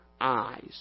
eyes